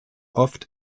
oft